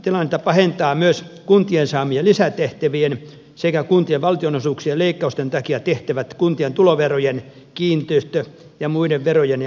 tilannetta pahentaa myös kuntien saa mien lisätehtävien sekä kuntien valtionosuuk sien leikkausten takia tehtävät kuntien tuloverojen kiinteistö ja muiden verojen ja maksujen nostaminen